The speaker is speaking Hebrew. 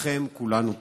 בזכותכם כולנו פה.